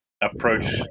approach